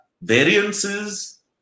variances